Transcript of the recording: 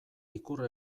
ikur